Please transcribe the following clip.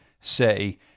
say